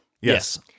yes